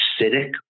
acidic